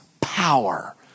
power